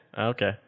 Okay